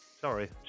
sorry